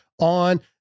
on